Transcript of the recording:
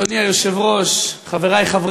נורא, נענה